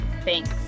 Thanks